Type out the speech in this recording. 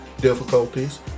difficulties